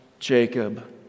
Jacob